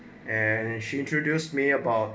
and she introduced me about